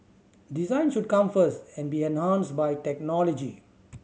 design should come first and be enhanced by technology